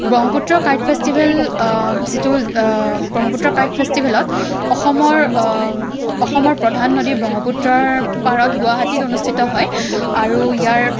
Brahmaputra kite festival যিটো Brahmaputra kite ফেষ্টিভেলত অসমৰ অসমৰ প্ৰধান নদী ব্ৰহ্মপুত্ৰৰ পাৰত গুৱাহাটীত অনুষ্ঠিত হয় আৰু ইয়াৰ